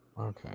okay